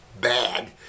bad